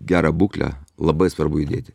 gerą būklę labai svarbu judėti